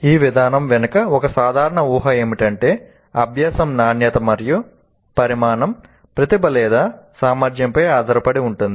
ఈ విధానం వెనుక ఒక సాధారణ ఊహ ఏమిటంటే అభ్యాస నాణ్యత మరియు పరిమాణం ప్రతిభ లేదా సామర్థ్యంపై ఆధారపడి ఉంటుంది